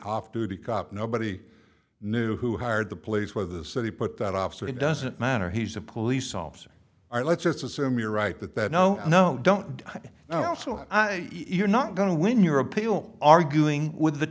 off duty cop nobody knew who hired the place where the city put that off so it doesn't matter he's a police officer or let's just assume you're right that that no no don't do it now also you're not going to win your appeal arguing with the